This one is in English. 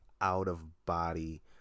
out-of-body